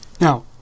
Now